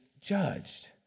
judged